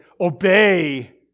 obey